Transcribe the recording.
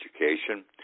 education